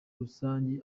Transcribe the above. rusangi